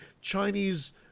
Chinese